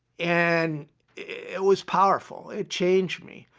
and it was powerful, it changed me.